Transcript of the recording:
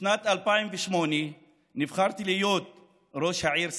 בשנת 2008 נבחרתי להיות ראש העיר סח'נין,